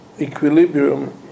equilibrium